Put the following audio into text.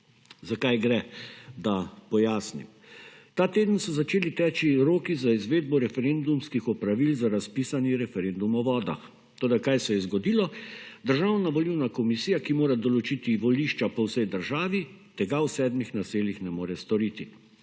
Za kaj gre, da pojasnim – ta teden so začeli teči roki za izvedbo referendumskih opravil za razpisani referendum o vodah. Toda kaj se je zgodilo; državna volilna komisija, ki mora določiti volišča po vsej državi, tega v sedmih naseljih ne more storiti.